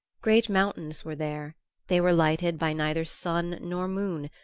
great mountains were there they were lighted by neither sun nor moon,